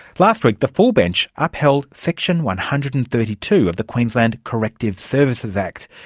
last week the full bench upheld section one hundred and thirty two of the queensland corrective services act,